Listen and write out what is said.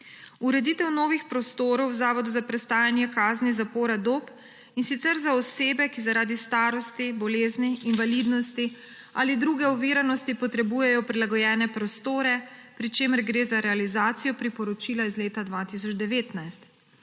ureditev novih prostorov Zavoda za prestajanje kazni zapora Dob, in sicer za osebe, ki zaradi starosti, bolezni, invalidnosti ali druge oviranosti potrebujejo prilagojene prostore, pri čemer gre za realizacijo priporočila iz leta 2019;